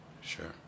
Sure